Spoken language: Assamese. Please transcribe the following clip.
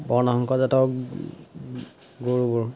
বৰ্ণসংকৰ জাতৰ গৰুবোৰ